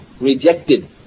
rejected